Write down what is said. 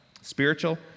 Spiritual